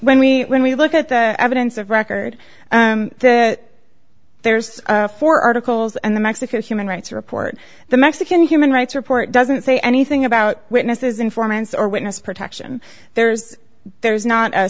when we when we look at the evidence of record there's four articles and the mexican human rights report the mexican human rights report doesn't say anything about witnesses informants or witness protection there's there's not a